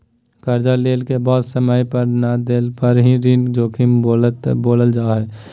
कर्जा लेला के बाद समय पर नय देला पर ही ऋण जोखिम बोलल जा हइ